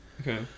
Okay